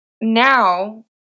now